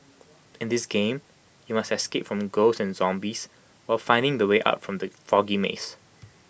in this game you must escape from ghosts and zombies while finding the way out from the foggy maze